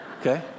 Okay